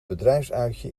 bedrijfsuitje